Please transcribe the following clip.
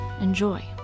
Enjoy